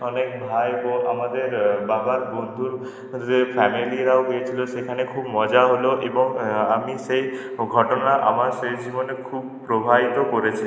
অনেক ভাই বোন আমাদের বাবার বন্ধুর দের ফ্যামিলিরাও রয়েছিল সেখানে খুব মজা হল এবং আমি সেই ঘটনা আমার শেষ জীবনে খুব প্রভাবিত করেছে